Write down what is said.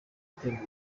haterwa